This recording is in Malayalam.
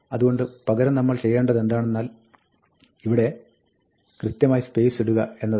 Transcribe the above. അതുകൊണ്ട് പകരം നമ്മൾ ചെയ്യേണ്ടതെന്തെന്നാൽ ഇവിടെ കൃത്യമായി സ്പേസ് ഇടുക എന്നതാണ്